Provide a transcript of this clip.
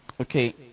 okay